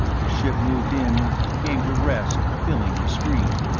the ship moved in, came to rest filling the screen.